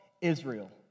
Israel